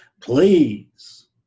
Please